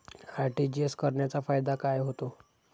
RTGS करण्याचा फायदा काय होतो?